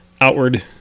outward